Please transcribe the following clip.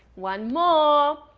one more.